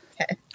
Okay